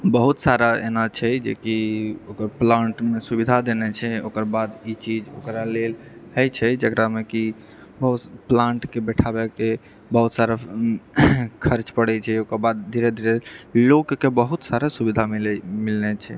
बहुत सारा एना छै जेकि ओकर प्लांटमे सुविधा देने छै ओकर बाद ई चीज ओकरा लेल होइत छै जेकरामे कि बहुत प्लांटके बैठाबऽके बहुत सारा खर्च पड़ैत छै ओकर बाद धीरे धीरे लोककेँ बहुत सारा सुविधा मिलैत मिलनाय छै